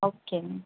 okay ma'am